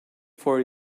for